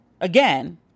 again